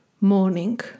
morning